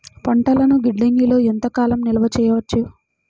పంటలను గిడ్డంగిలలో ఎంత కాలం నిలవ చెయ్యవచ్చు?